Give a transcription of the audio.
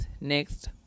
next